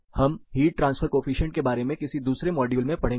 हम heat transfer coefficient के बारे में किसी दूसरे मॉड्यूल में पढ़ेंगे